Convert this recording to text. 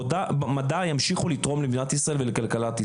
המדע ימשיכו לתרום למדינת ישראל ולכלכלת ישראל.